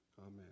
amen